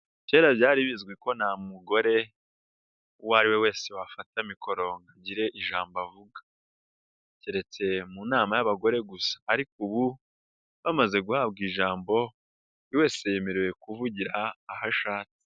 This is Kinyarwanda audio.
Kera byari bizwi ko nta mugore uwo ari we wese wafata mikoro agire ijambo avuga. Keretse mu nama y'abagore gusa ariko ubu bamaze guhabwa ijambo, buri wese yemerewe kuvugira aho ashatse.